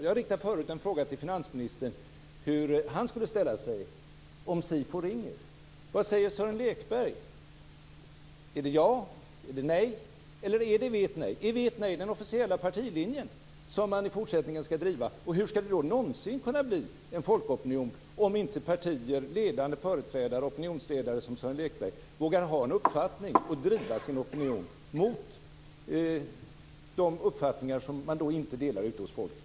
Jag riktade förut en fråga till finansministern om hur han skulle ställa sig om SIFO ringer. Vad säger Sören Lekberg? Är det ja, är det nej eller är det vet ej? Är vet ej den officiella partilinjen, som man i fortsättningen skall driva? Hur skall det då någonsin kunna bli en folkopinion om inte partier, ledande företrädare och opinionsledare som Sören Lekberg vågar ha en uppfattning och driva sin opinion mot de uppfattningar ute hos folket som man inte delar?